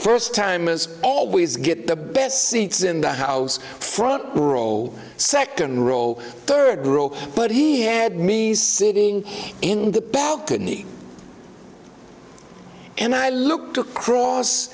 first timers always get the best seats in the house front rural second row third rule but he had me sitting in the balcony and i looked across